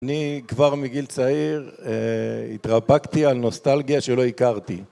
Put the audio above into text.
אני כבר מגיל צעיר התרפקתי על נוסטלגיה שלא הכרתי